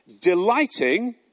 delighting